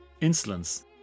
insolence